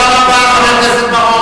תודה רבה, חבר הכנסת בר-און.